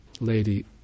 lady